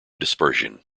dispersion